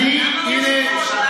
חבר כנסת.